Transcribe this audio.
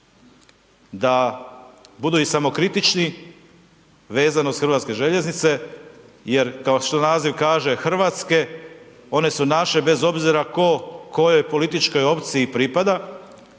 da budu i samokritični vezano uz HŽ, jer kao što naziv kaže hrvatske, one su naše, bez obzira tko, kojoj političkoj opciji pripada